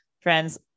friends